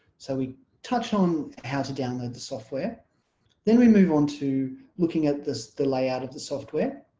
so we touch on how to download the software then we move on to looking at the the layout of the software,